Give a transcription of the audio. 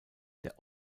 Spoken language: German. der